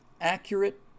accurate